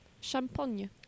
Champagne